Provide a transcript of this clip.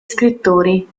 scrittori